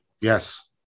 Yes